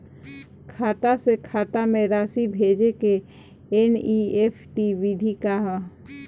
खाता से खाता में राशि भेजे के एन.ई.एफ.टी विधि का ह?